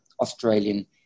Australian